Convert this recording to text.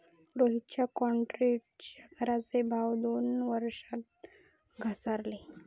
रोहितच्या क्रॉन्क्रीटच्या घराचे भाव दोन वर्षात घसारले